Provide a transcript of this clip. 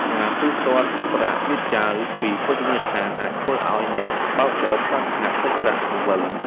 ការទូទាត់ប្រាក់យឺតយ៉ាវពីភោជនីយដ្ឋាន អាចធ្វើឱ្យអ្នកបើកបរខ្វះខាតសាច់ប្រាក់បង្វិល។